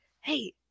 hey